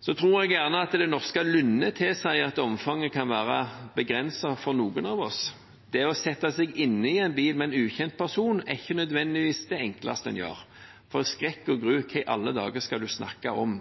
Jeg tror kanskje at det norske lynnet tilsier at omfanget kan bli begrenset for noen av oss. Det å sette seg inn i en bil med en ukjent person er ikke nødvendigvis det enkleste en gjør, for skrekk og gru: Hva i alle dager skal en snakke om?